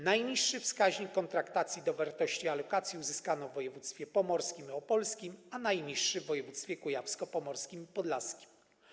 Najniższy wskaźnik kontraktacji do wartości alokacji uzyskano w woj. pomorskim i opolskim, a najniższy w woj. kujawsko-pomorskim i podlaskim.